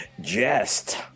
jest